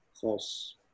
false